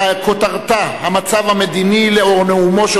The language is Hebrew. וכותרתה: המצב המדיני לאור נאומו של